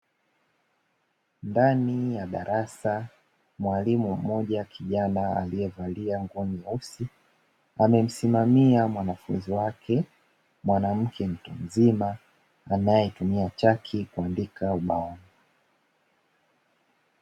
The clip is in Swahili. Ndani ya darasa, mwalimu mmoja kijana aliyevalia nguo nyeusi. Amemsimamia mwanafunzi wake, mwanamke mtu mzima, anayetumia chaki kuandika ubaoni.